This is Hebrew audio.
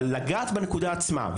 אבל לגעת בנקודה עצמה,